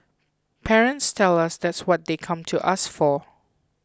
parents tell us that's what they come to us for